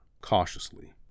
cautiously